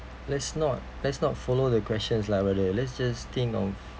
let's not let's not follow the questions lah brother let's just think of